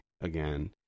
again